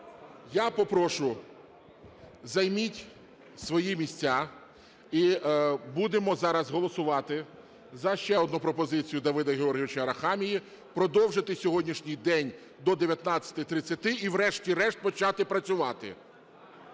я попрошу, займіть свої місця і будемо зараз голосувати за ще одну пропозицію Давида Георгійовича Арахамії продовжити сьогоднішній день до 19:30 і врешті-решт почати працювати.